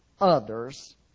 others